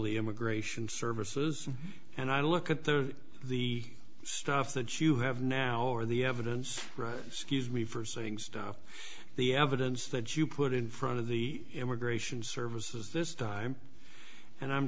the immigration services and i look at the the stuff that you have now or the evidence scuse me for saying stuff the evidence that you put in front of the immigration services this time and i'm